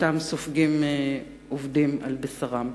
שעובדים סופגים על בשרם.